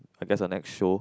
I guess a next show